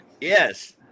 Yes